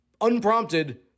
unprompted